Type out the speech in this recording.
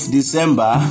December